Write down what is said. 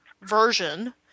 version